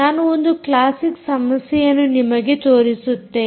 ನಾನು ಒಂದು ಕ್ಲಾಸಿಕ್ ಸಮಸ್ಯೆಯನ್ನು ನಿಮಗೆ ತೋರಿಸುತ್ತೇನೆ